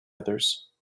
others